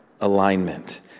alignment